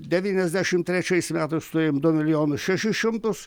devyniasdešim trečiais metais nurėjom du milijonus šešis šimtus